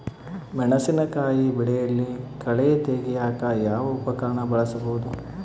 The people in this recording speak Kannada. ಮೆಣಸಿನಕಾಯಿ ಬೆಳೆಯಲ್ಲಿ ಕಳೆ ತೆಗಿಯಾಕ ಯಾವ ಉಪಕರಣ ಬಳಸಬಹುದು?